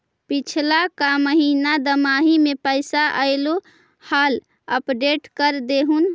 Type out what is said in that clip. पिछला का महिना दमाहि में पैसा ऐले हाल अपडेट कर देहुन?